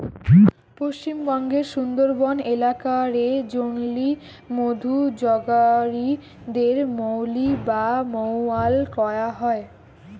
পশ্চিমবঙ্গের সুন্দরবন এলাকা রে জংলি মধু জগাড়ি দের মউলি বা মউয়াল কয়া হয়